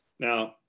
Now